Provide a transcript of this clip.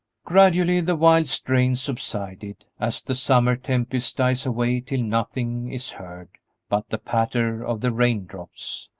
gradually the wild strains subsided, as the summer tempest dies away till nothing is heard but the patter of the rain-drops,